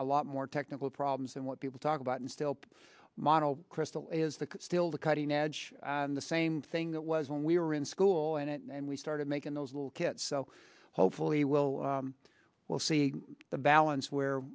a lot more technical problems than what people talk about and still model crystal is the build a cutting edge the same thing that was when we were in school and we started making those little kids so hopefully we'll we'll see the balance where